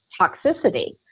toxicity